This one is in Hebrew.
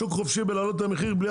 שוק חופשי בלהעלות את המחיר בלי הבחנה?